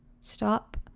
stop